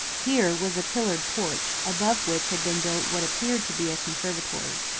here was a pillared-porch, above which had been built what appeared to be a conservatory.